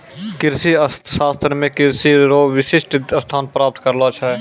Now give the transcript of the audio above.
कृषि अर्थशास्त्र मे कृषि रो विशिष्ट स्थान प्राप्त करलो छै